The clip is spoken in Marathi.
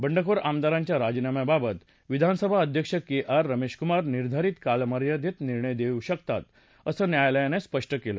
बंडखोर आमदारांच्या राजीनाम्याबाबत विधानसभा अध्यक्ष के आर रमेशकुमार निर्धारित कालमयदित निर्णय घेऊ शकतात असं न्यायालयानं स्पष्ट केलं